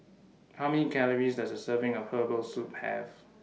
How Many Calories Does A Serving of Herbal Soup Have